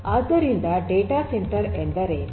ಆದ್ದರಿಂದ data centre ಎಂದರೇನು